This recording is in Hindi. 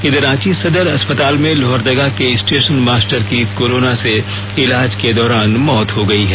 इधर रांची सदर अस्पताल में लोहरदगा के स्टेशन मास्टर की कोरोना से इलाज के दौरान मौत हो गई है